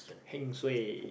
heng suay